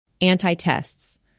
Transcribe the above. Anti-tests